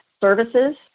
services